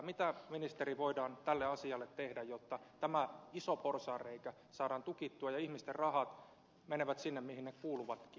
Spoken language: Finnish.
mitä ministeri voidaan tälle asialle tehdä jotta tämä iso porsaanreikä saadaan tukittua ja ihmisten rahat menevät sinne mihin ne kuuluvatkin